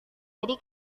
jadi